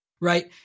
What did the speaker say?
right